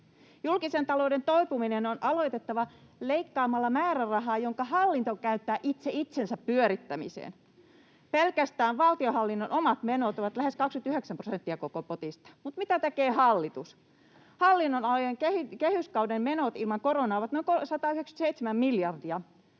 Julkisen talouden toipuminen on aloitettava leikkaamalla määrärahaa, jonka hallinto käyttää itse itsensä pyörittämiseen. Pelkästään valtionhallinnon omat menot ovat lähes 29 prosenttia koko potista. Mutta mitä tekee hallitus? Hallinnonalojen kehyskauden menot ilman koronaa ovat noin 197 miljardia.